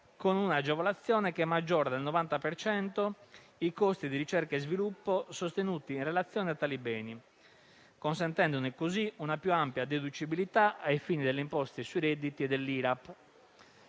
con un'agevolazione che maggiora del 90 per cento i costi di ricerca e sviluppo sostenuti in relazione a tali beni, consentendone così una più ampia deducibilità ai fini delle imposte sui redditi e dell'IRAP.